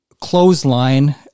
clothesline